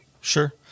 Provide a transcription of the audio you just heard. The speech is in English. Sure